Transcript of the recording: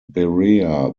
berea